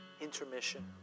Intermission